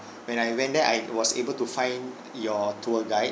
when I went there I was able to find your tour guide